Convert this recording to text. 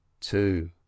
two